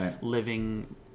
living